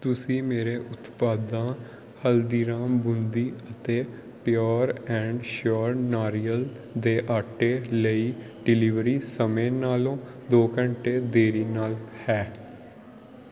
ਤੁਸੀਂ ਮੇਰੇ ਉਤਪਾਦਾਂ ਹਲਦੀਰਾਮ ਬੂੰਦੀ ਅਤੇ ਪਿਓਰ ਐਂਡ ਸ਼ਿਓਰ ਨਾਰੀਅਲ ਦੇ ਆਟੇ ਲਈ ਡਿਲੀਵਰੀ ਸਮੇਂ ਨਾਲੋਂ ਦੋ ਘੰਟੇ ਦੇਰੀ ਨਾਲ ਹੈ